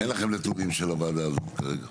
אין לכם נתונים של הוועדה הזאת כרגע?